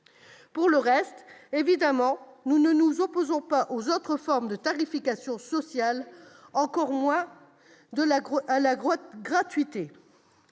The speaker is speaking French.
Pour le reste, évidemment, nous ne nous opposons pas aux autres formes de tarification sociale, encore moins à la gratuité.